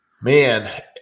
Man